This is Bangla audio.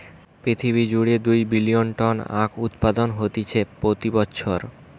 পৃথিবী জুড়ে দুই বিলিয়ন টন আখউৎপাদন হতিছে প্রতি বছর